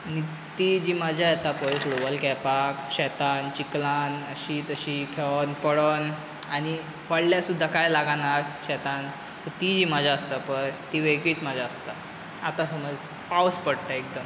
निक्ती जी मजा येता पळय फुटबॉल खेळपाक शेतांत चिखलांत अशी तशी खेळोन पडोन आनी पडल्यार सुद्दां कांय लागनां शेतांत सो ती मजा आसता पळय ती वेगळीच मजा आसता आतां समज पावस पडटा एकदम